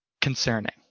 concerning